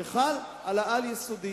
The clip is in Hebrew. שחל על העל-יסודי.